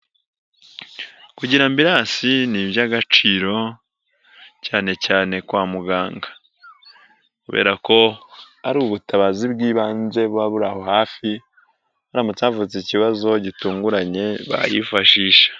Kugira amburansi ni iby'agaciro cyane cyane kwa muganga kubera ko ari ubutabazi bw'ibanze baba buri aho hafi haramutse havutse ikibazo gitunguranye bayifashisha.